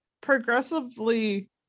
progressively